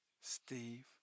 Steve